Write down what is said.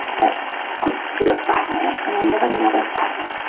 that points to a fragment, and then you have another fragment.